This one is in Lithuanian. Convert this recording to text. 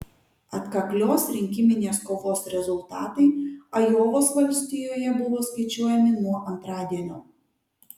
atkaklios rinkiminės kovos rezultatai ajovos valstijoje buvo skaičiuojami nuo antradienio